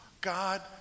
God